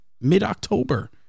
mid-October